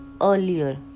earlier